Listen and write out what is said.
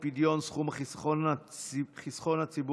הצבעה.